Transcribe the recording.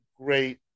great